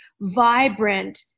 vibrant